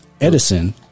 Edison